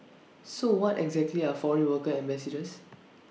so what exactly are foreign worker ambassadors